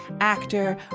actor